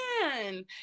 Man